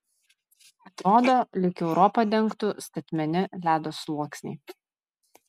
atrodo lyg europą dengtų statmeni ledo sluoksniai